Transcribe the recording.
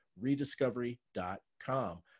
rediscovery.com